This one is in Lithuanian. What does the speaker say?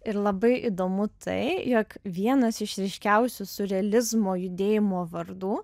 ir labai įdomu tai jog vienas iš ryškiausių siurrealizmo judėjimo vardų